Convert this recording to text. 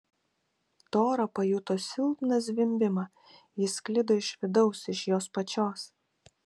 tora pajuto silpną zvimbimą jis sklido iš vidaus iš jos pačios